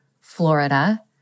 Florida